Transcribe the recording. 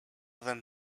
than